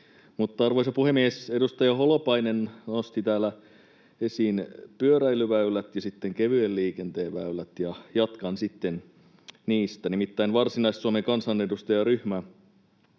Arvoisa puhemies! Edustaja Holopainen nosti täällä esiin pyöräilyväylät ja kevyen liikenteen väylät, ja jatkan sitten niistä. Nimittäin Varsinais-Suomen kansanedustajaryhmä